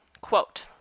Quote